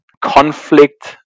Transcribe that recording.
conflict